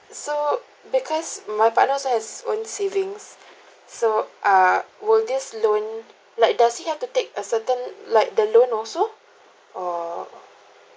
so because my partner also has own savings so err will this loan like does he have to take a certain like the loan also or